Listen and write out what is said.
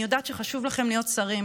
אני יודעת שחשוב לכם להיות שרים,